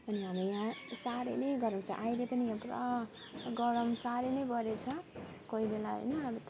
अनि हाम्रो यहाँ साह्रै नै गरम छ अहिले पनि यहाँ पुरा गरम साह्रै नै बढेको छ होइन कोही बेला होइन अब